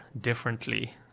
differently